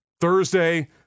thursday